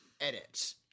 edit